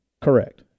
Correct